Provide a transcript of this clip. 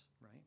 right